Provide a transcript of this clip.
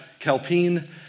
Kelpine